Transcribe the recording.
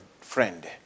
friend